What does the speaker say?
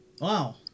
Wow